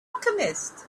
alchemist